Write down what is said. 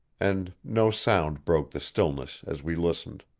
and no sound broke the stillness as we listened.